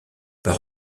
par